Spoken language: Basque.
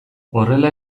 horrela